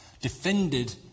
defended